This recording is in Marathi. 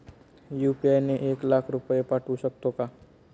यु.पी.आय ने एक लाख रुपये पाठवू शकतो का?